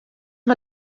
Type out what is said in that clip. mei